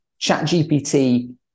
ChatGPT